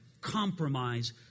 compromise